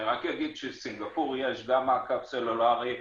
אני רק אגיד שסינגפור --- מעקב סלולרי.